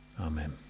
Amen